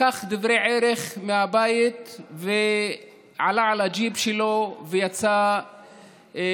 לקח דברי ערך מהבית ועלה על הג'יפ שלו ויצא מהבית.